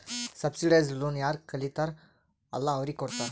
subsidised loan ಯಾರ್ ಕಲಿತಾರ್ ಅಲ್ಲಾ ಅವ್ರಿಗ ಕೊಡ್ತಾರ್